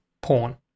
Porn